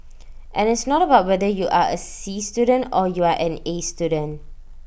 and it's not about whether you are A C student or you are an A student